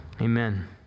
Amen